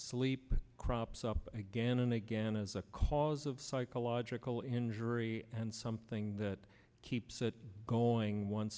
sleep crops up again and again as a cause of psychological injury and something that keeps it going on